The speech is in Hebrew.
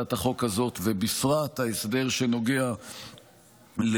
בהצעת החוק הזאת, ובפרט ההסדר שנוגע לראיית